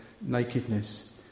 nakedness